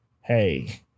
hey